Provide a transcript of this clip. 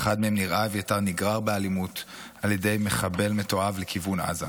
באחד מהם נראה אביתר נגרר באלימות על ידי מחבל מתועב לכיוון עזה,